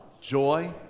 joy